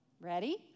ready